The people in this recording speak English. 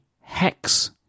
hex